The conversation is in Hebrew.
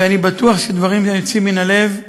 ואני בטוח שדברים היוצאים מן הלב,